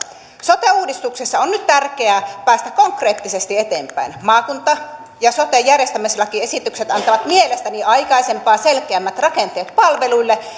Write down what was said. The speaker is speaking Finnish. sote uudistuksessa on nyt tärkeätä päästä konkreettisesti eteenpäin maakunta ja sote järjestämislakiesitykset antavat mielestäni aikaisempaa selkeämmät rakenteet palveluille